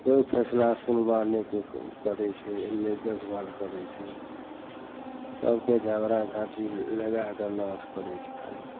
कोइ फैसला सुनबाहि नहि कोइ करै छै नहि देखभाल करै छै सभकोइ झगड़ा झाँटी लगैके नाश करै छै खाली